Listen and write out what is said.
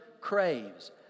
craves